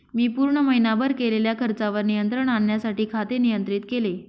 मी पूर्ण महीनाभर केलेल्या खर्चावर नियंत्रण आणण्यासाठी खाते नियंत्रित केले